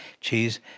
cheese